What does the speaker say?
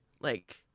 like-